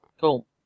Cool